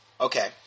Okay